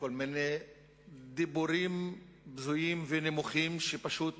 וכל מיני דיבורים בזויים ונמוכים שפשוט